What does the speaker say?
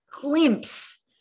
glimpse